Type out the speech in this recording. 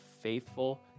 faithful